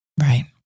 Right